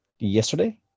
Yesterday